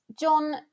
John